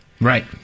Right